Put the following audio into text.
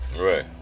Right